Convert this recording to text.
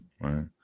Right